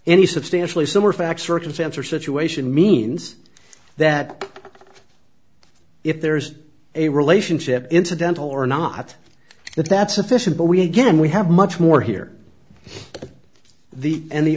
any substantially similar fact circumstance or situation means that if there's a relationship incidental or not if that's sufficient but we again we have much more here in the end the